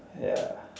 ya